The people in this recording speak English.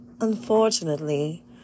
Unfortunately